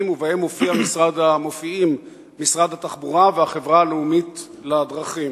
ובהם מופיעים משרד התחבורה והחברה הלאומית לדרכים.